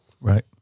Right